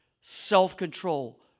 self-control